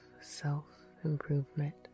self-improvement